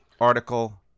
article